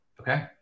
Okay